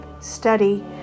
study